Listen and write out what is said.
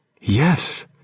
Yes